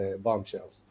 bombshells